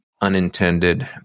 unintended